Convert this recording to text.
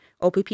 OPP